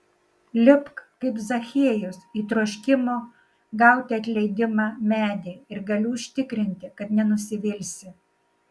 lipk kaip zachiejus į troškimo gauti atleidimą medį ir galiu užtikrinti kad nenusivilsi